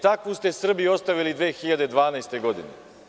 Takvu ste Srbiju ostavili 2012. godine.